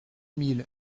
mille